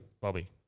Bobby